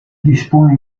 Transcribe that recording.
dispone